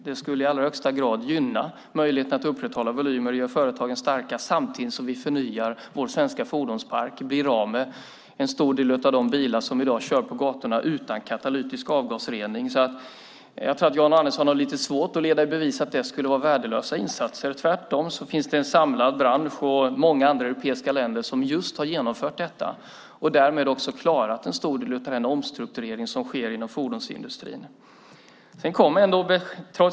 Det skulle i allra högsta grad gynna möjligheten att upprätthålla volymer och göra företagen starka samtidigt som vi förnyar vår svenska fordonspark och blir av med en stor del av de bilar som i dag kör på gatorna utan katalytisk avgasrening. Jag tror att Jan Andersson har lite svårt att leda i bevis att de skulle vara värdelösa instanser. Tvärtom finns det en samlad bransch och många andra europeiska länder som just har genomfört detta. Därmed har de klarat en stor del av den omstrukturering som sker inom fordonsindustrin.